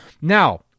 Now